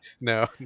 No